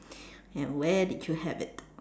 and where did you have it